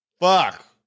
Fuck